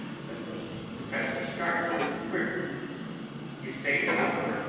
but the professor started and quivered his face, however,